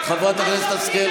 לפנים משורת הדין,